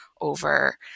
over